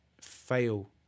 fail